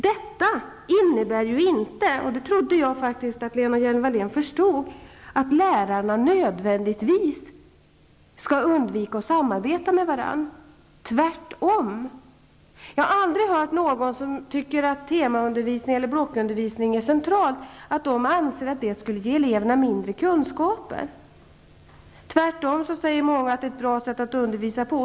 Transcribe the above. Detta innebär inte -- vilket jag faktiskt trodde att Lena Hjelm-Wallén förstod -- att lärarna nödvändigtvis skall undvika att samarbeta med varandra, tvärtom. Jag har aldrig hört att någon som tycker att tema eller blockundervisning är central som anser att det skulle ge eleverna mindre kunskaper. Tvärtom säger många att det är ett bra sätt att undervisa på.